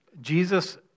Jesus